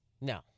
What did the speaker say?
No